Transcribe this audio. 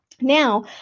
Now